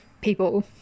people